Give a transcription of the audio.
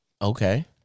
Okay